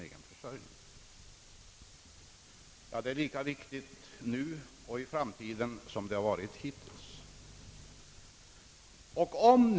Detta är lika viktigt nu och i framtiden som det hittills har varit.